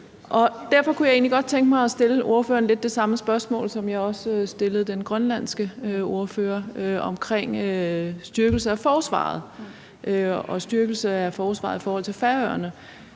godt tænke mig at stille ordføreren lidt det samme spørgsmål, som jeg stillede den grønlandske ordfører omkring styrkelse af forsvaret og styrkelse af forsvaret i forhold til Færøerne.